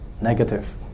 negative